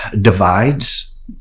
divides